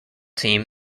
team